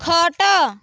ଖଟ